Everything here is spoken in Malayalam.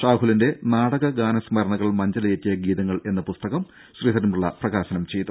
ഷാഹുലിന്റെ നാടക ഗാനസ്മരണകൾ മഞ്ചലേറ്റിയ ഗീതങ്ങൾ എന്ന പുസ്തകം ശ്രീധരൻപിള്ള പ്രകാശനം ചെയ്തു